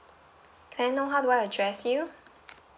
can I know how do I address you